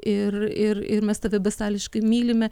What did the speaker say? ir ir ir mes tave besąliškai mylime